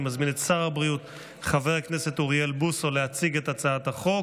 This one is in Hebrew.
אני מזמין את שר הבריאות חבר הכנסת אוריאל בוסו להציג את הצעת החוק.